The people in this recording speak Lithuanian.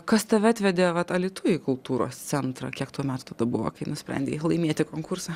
kas tave atvedė vat alytuj į kultūros centrą kiek tau metų tada buvo kai nusprendei laimėti konkursą